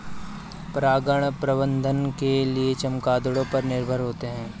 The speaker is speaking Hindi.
परागण प्रबंधन के लिए चमगादड़ों पर निर्भर होते है